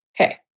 Okay